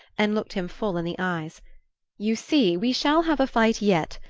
and looked him full in the eyes you see, we shall have a fight yet.